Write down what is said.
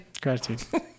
Gratitude